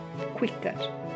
quicker